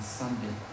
sunday